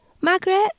margaret